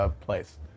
place